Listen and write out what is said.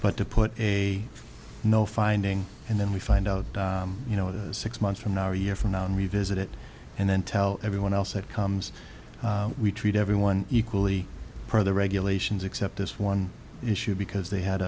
but to put a no finding and then we find out you know six months from now or a year from now and revisit it and then tell everyone else that comes we treat everyone equally for the regulations except this one issue because they had